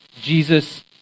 Jesus